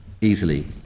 easily